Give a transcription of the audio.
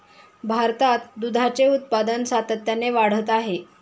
भारतात दुधाचे उत्पादन सातत्याने वाढत आहे